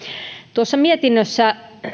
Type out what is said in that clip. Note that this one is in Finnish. tuossa mietinnössä